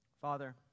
Father